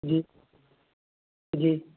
جی جی